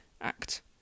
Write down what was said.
Act